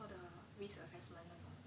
all the risk assessment